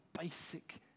basic